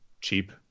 cheap